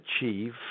achieve